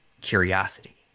Curiosity